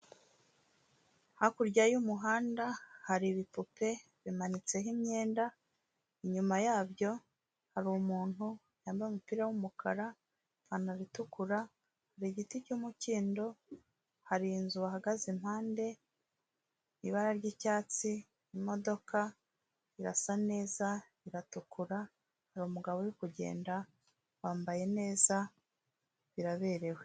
Hakurya y'umuhanda hari ibipupe bimanitseho imyenda inyuma yabyo haru umuntu yambaye umupira wumukara ipantaro itukura harigiti cy'umukindo hari inzu bahagaze ihande ibara ry'cyatsi imodoka irasa neza iratukura hari umugabo uri kugenda wambaye neza biraberewe.